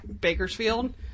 Bakersfield